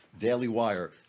dailywire